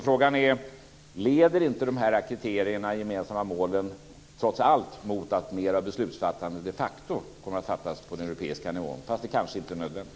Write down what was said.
Frågan är: Leder inte dessa kriterier och de gemensamma målen trots allt mot att mer beslutsfattande de facto kommer att ske på den europeiska nivån fast det kanske inte är nödvändigt?